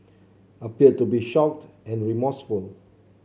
appeared to be shocked and remorseful